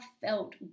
felt